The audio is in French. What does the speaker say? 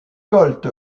colts